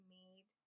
made